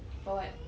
for what